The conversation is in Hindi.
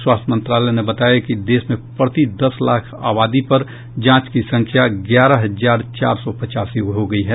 स्वास्थ्य मंत्रालय ने बताया कि देश में प्रति दस लाख आबादी पर जांच की संख्या ग्यारह हजार चार सौ पचासी हो गई है